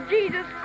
Jesus